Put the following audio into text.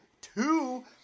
two